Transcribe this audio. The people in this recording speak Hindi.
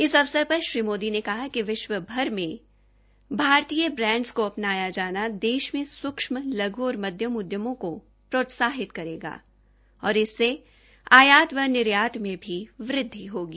इस अवसर पर श्री मोदी ने कहा कि विश्वभर में भारतीय ब्रांडस को अपनाया जाना देश में सूक्षम लघु और मध्यम उद्यमों को प्रोत्साहित करेगा और इससे आयात व निर्यात में भी वृद्धि होगी